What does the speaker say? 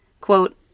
Quote